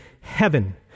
heaven